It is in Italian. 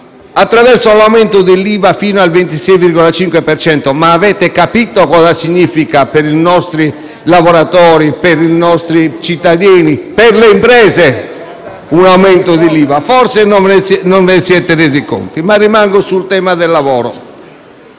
attraverso l'aumento dell'IVA fino al 26,5 per cento. Avete capito cosa significa per i nostri lavoratori, per i nostri cittadini e per le imprese un aumento dell'IVA? Forse non ve ne siete resi conto, ma rimango sul tema del lavoro.